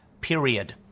period